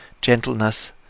gentleness